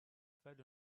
fed